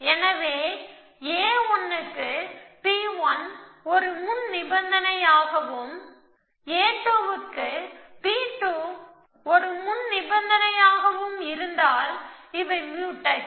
எனவேa1 க்கு P1 ஒரு முன் நிபந்தனையாகவும் a2 க்கு P2 ஒரு முன்நிபந்தனையாகவும் இருந்தால் இவை முயூடெக்ஸ்